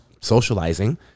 socializing